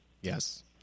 Yes